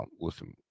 listen